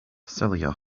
celia